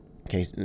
Okay